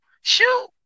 Shoot